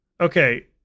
Okay